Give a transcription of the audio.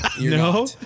no